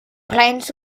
plants